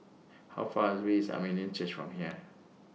How Far away IS Armenian Church from here